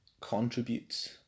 contributes